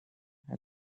had